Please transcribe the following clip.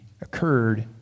occurred